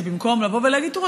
שבמקום לבוא ולהגיד: תראו,